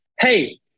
hey